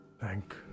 Thank